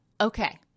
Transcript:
okay